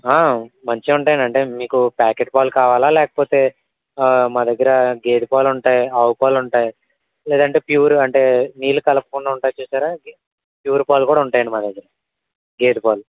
మంచిగా ఉంటాయండి అంటే మీకు ప్యాకెట్ పాలు కావాలా లేకపోతే మా దగ్గర గేదె పాలు ఉంటాయి ఆవు పాలు ఉంటాయి లేదంటే ప్యూర్ అంటే నీళ్ళు కలపకుండా ఉంటాయి చూసారా ప్యూర్ పాలు కూడా ఉంటాయి అండి మా దగ్గర గేదె పాలు